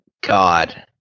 God